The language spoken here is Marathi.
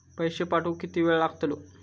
पैशे पाठवुक किती वेळ लागतलो?